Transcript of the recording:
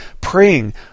praying